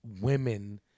women